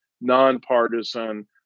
Nonpartisan